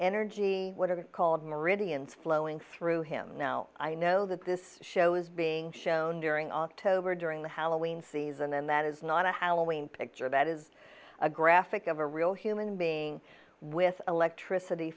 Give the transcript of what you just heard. energy what are called meridians flowing through him now i know that this show is being shown during october during the howling season and that is not a halloween picture that is a graphic of a real human being with electricity